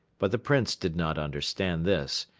but the prince did not understand this.